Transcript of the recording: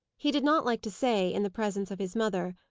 he did not like to say, in the presence of his mother,